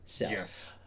Yes